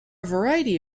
variety